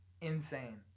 insane